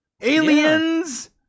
Aliens